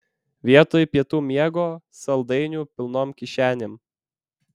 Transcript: vietoj pietų miego saldainių pilnom kišenėm